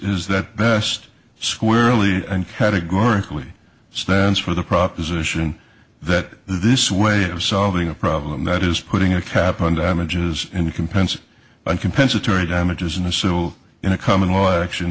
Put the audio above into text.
is that best squarely and categorically stands for the proposition that this way of solving a problem that is putting a cap on damages and you can pencil and compensatory damages in a civil in a common law action